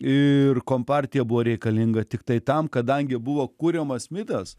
ir kompartija buvo reikalinga tiktai tam kadangi buvo kuriamas mitas